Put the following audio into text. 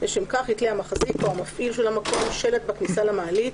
לשם כך יתלה המחזיק או המפעיל של המקום שלט בכניסה למעלית,